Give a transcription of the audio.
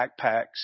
backpacks